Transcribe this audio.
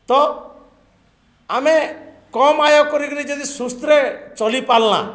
ତ ଆମେ କମ୍ ଆୟ କରିକିରି ଯଦି ସୁସ୍ଥରେ ଚଳିପାରଲା